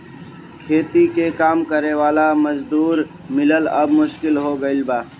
खेती में काम करे वाला मजूर मिलल अब मुश्किल हो गईल बाटे